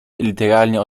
literalnie